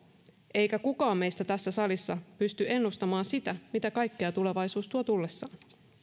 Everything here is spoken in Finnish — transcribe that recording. eikä kukaan meistä tässä salissa pysty ennustamaan sitä mitä kaikkea tulevaisuus tuo tullessaan